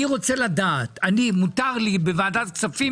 אני רוצה לדעת ומותר לי בוועדת הכספים